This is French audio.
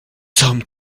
sommes